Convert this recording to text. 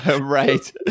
Right